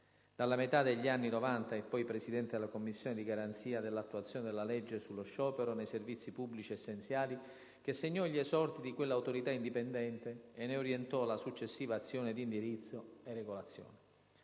Dalla metà degli anni Novanta è poi Presidente della Commissione di garanzia dell'attuazione della legge sullo sciopero nei servizi pubblici essenziali, che segnò gli esordi di quell'Autorità indipendente e ne orientò la successiva azione di indirizzo e regolazione.